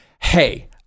hey